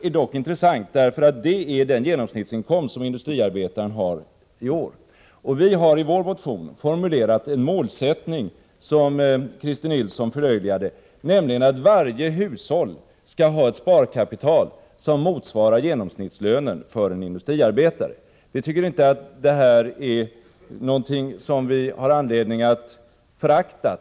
är dock intressant, därför att det är den genomsnittsinkomst som industriarbetaren har i år. Vi har i vår motion formulerat en målsättning, som Christer Nilsson förlöjligade, nämligen att varje hushåll skall ha ett sparkapital som motsvarar genomsnittslönen för en industriarbetare. Vi tycker inte att det är någonting som det finns anledning att förakta.